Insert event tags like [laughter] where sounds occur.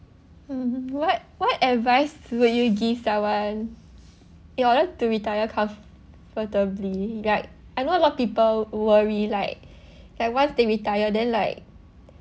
hmm what what advice would you give someone in order to retire comfortably like I know a lot of people worry like [breath] like once they retire then like